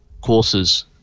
courses